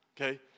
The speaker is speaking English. okay